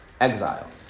exile